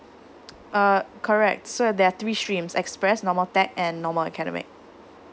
uh correct so there are three streams express normal tech and normal academic